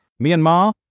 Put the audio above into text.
Myanmar